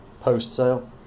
post-sale